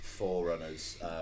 Forerunners